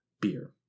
beer